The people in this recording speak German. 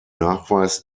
nachweis